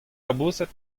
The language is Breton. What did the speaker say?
laboused